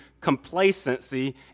complacency